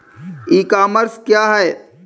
ई commerce क्या है?